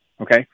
Okay